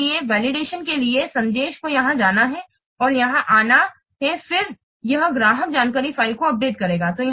इसलिए वेलिडेशन के लिए संदेश को यहां जाना है और यहां आना है और फिर यह ग्राहक जानकारी फ़ाइल को अपडेट करेगा